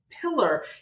pillar